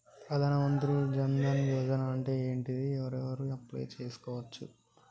ప్రధాన మంత్రి జన్ ధన్ యోజన అంటే ఏంటిది? ఎవరెవరు అప్లయ్ చేస్కోవచ్చు?